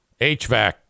HVAC